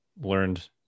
learned